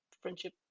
friendship